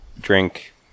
drink